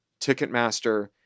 Ticketmaster